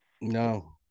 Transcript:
No